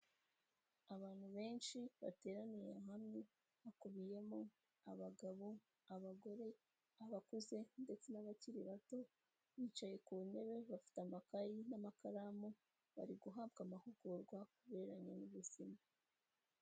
Abantu benshi bateraniye hamwe hakubiyemo abagabo, abagore, abakuze ndetse n'abakiri bato bicaye ku ntebe bafite amakayi n'amakaramu bari guhabwa amahugurwa ku birebana n'ubuzima.